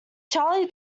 charlie